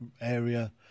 area